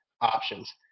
options